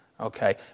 Okay